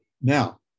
Now